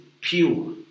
pure